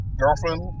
girlfriend